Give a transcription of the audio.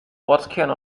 ortskern